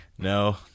No